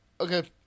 Okay